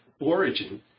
origin